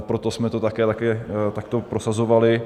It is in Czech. Proto jsme to také takto prosazovali.